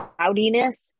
cloudiness